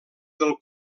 del